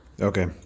Okay